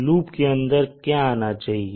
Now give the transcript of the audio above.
loop के अंदर क्या आना चाहिए